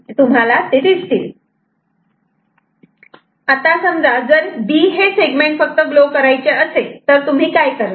आणि जर b हे सेगमेंट ग्लो करायचे असेल तर तुम्ही काय करणार